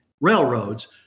railroads